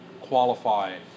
qualify